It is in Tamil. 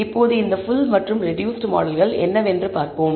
இப்போது இந்த ஃபுல் மற்றும் ரெடூஸ்ட் மாடல்கள் என்னவென்று பார்ப்போம்